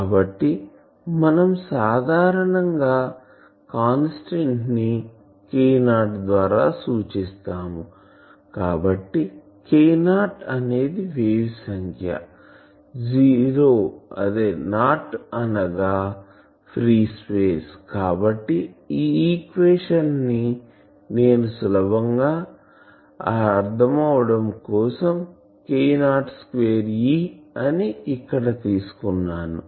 కాబట్టి మనం సాధారణంగా కాన్స్టాంట్ ని K0 ద్వారా సూచిస్తాము కాబట్టి K0 అనేది వేవ్ సంఖ్య '0' నాట్ అనగా ఫ్రీ స్పేస్ కాబట్టి ఈ ఈక్వేషన్ ని నేను సులభంగా అర్ధం కావడం కోసం నేను K02E అని ఇక్కడ తీసుకున్నాను